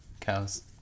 cows